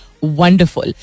wonderful